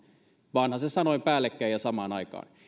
vanhasen sanoin päällekkäin ja samaan aikaan